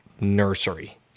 nursery